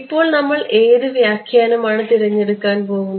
ഇപ്പോൾ നമ്മൾ ഏത് വ്യാഖ്യാനമാണ് തിരഞ്ഞെടുക്കാൻ പോകുന്നത്